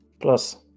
Plus